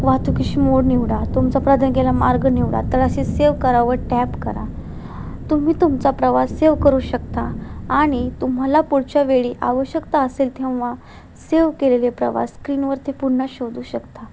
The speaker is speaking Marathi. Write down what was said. वाहतुकीचे मोड निवडा तुमचा प्रदान केलेला मार्ग निवडा तळाशी सेव्ह करा व टॅप करा तुम्ही तुमचा प्रवास सेव करू शकता आणि तुम्हाला पुढच्या वेळी आवश्यकता असेल तेव्हा सेव्ह केलेले प्रवास स्क्रीनवरती पुन्हा शोधू शकता